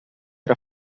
era